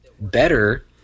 better